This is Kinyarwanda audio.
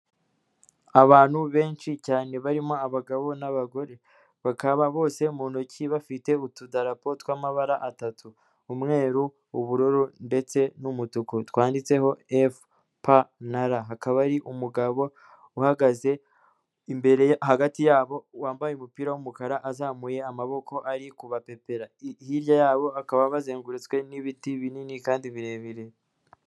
Abantu benshi cyane barimo abagabo n'abagore, bakaba bose mu ntoki bafite utudarapo tw'amabara atatu. Umweru, ubururu ndetse n'umutuku. Twanditseho F P na R. Hakaba hari umugabo uhagaze imbere, hagati yabo wambaye umupira w'umukara. Azamuye amaboko ari kubapepera. Hirya yabo bakaba bazengurutswe n'ibiti binini kandi birebire.